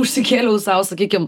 užsikėliau sau sakykim